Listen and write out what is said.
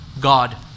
God